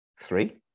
Three